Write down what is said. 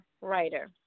writer